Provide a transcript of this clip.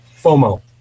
FOMO